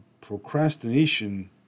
procrastination